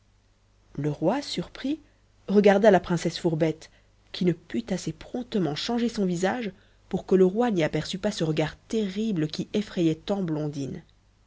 le roi surpris regarda la princesse fourbette qui ne put assez promptement changer son visage pour que le roi n'y aperçût pas ce regard terrible qui effrayait tant blondine